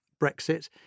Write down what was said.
Brexit